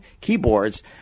keyboards